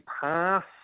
pass